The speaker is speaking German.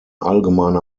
allgemeine